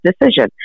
decision